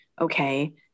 okay